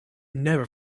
never